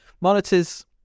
Monitors